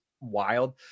wild